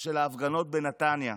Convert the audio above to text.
של ההפגנות בנתניה,